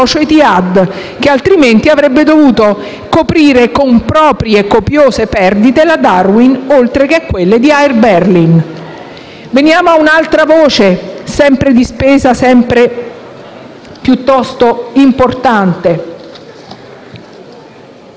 che altrimenti avrebbe dovuto coprire anche le copiose perdite di Darwin, oltre quelle di Air Berlin. Veniamo ad un'altra voce di spesa sempre piuttosto importante